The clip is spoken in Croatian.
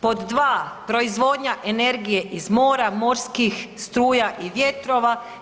Pod dva - proizvodnja energije iz mora, morskih struja i vjetrova.